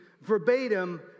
verbatim